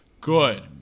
good